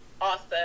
awesome